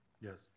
Yes